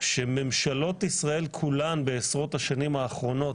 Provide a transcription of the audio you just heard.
שממשלות ישראל כולן בעשרות השנים האחרונות